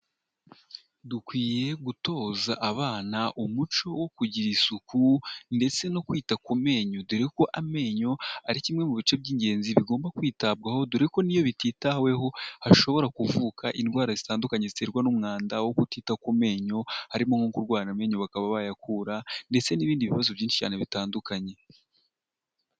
Dukwiye gutoza abana umuco wo kugira isuku ndetse no kwita ku menyo, dore ko amenyo ari kimwe mu bice by'ingenzi bigomba kwitabwaho, dore ko n'iyo bititaweho hashobora kuvuka indwara zitandukanye ziterwa n'umwanda wo kutita ku menyo, harimo nko kurwara amenyo bakaba bayakura ndetse n'ibindi bibazo byinshi cyane bitandukanye.